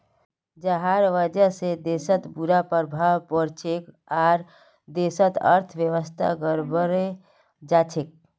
जहार वजह से देशत बुरा प्रभाव पोरछेक आर देशेर अर्थव्यवस्था गड़बड़ें जाछेक